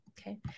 Okay